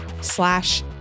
slash